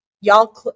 Y'all